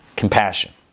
Compassion